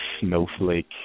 snowflake